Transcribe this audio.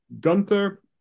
Gunther